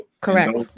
Correct